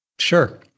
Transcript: Sure